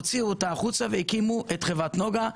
הוציאו אותה החוצה והקימו את חברת נגה.